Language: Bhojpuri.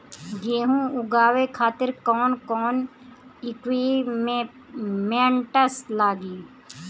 गेहूं उगावे खातिर कौन कौन इक्विप्मेंट्स लागी?